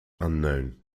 unknown